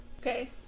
okay